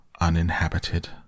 uninhabited